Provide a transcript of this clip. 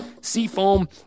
Seafoam